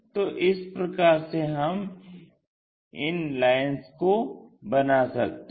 तो इस प्रकार से हम इन लाइन्स को बना सकते हैं